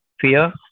fear